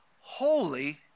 holy